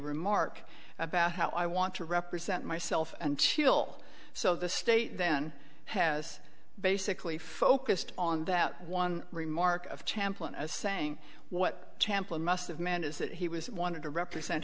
remark about how i want to represent myself and chill so the state then has basically focused on that one remark of champlin as saying what tampa must've meant is that he was wanted to represent